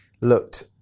looked